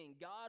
god